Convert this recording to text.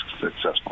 successful